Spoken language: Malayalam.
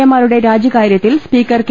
എ മാരുടെ രാജിക്കാര്യ ത്തിൽ സ്പീക്കർ കെ